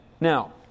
Now